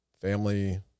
family